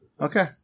Okay